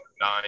nine